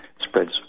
spreads